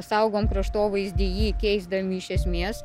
saugom kraštovaizdį jį keisdami iš esmės